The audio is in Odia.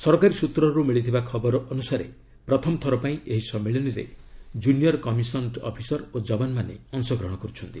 ସରକାରୀ ସୂତ୍ରରୁ ମିଳିଥିବା ଖବର ଅନୁସାରେ ପ୍ରଥମ ଥରପାଇଁ ଏହି ସମ୍ମିଳନୀରେ କୁନିୟର୍ କମିଶନ୍ତ୍ ଅଫିସର୍ ଓ ଯବାନ୍ମାନେ ଅଂଶଗ୍ରହଣ କରୁଛନ୍ତି